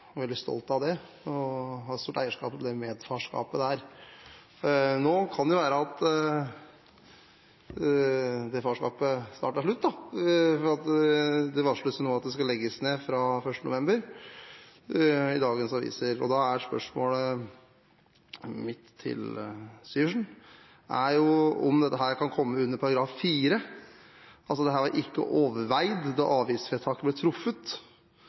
veldig stolt av det, og han har stort eierskap til det medfarskapet der. Nå kan det farskapet snart være slutt, for det varsles i dagens aviser at Moss Lufthavn Rygge skal legges ned fra 1. november. Da er mitt spørsmål til Syversen: Kan dette komme under § 4 – altså at dette «ikke var overveid da avgiftsvedtaket ble truffet»,